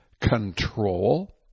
control